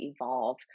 evolve